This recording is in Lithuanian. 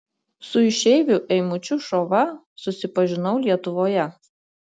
su išeiviu eimučiu šova susipažinau lietuvoje